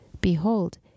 behold